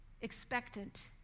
expectant